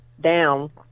down